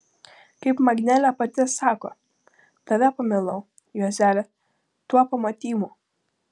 kaip magdelė pati sako tave pamilau juozeli tuo pamatymu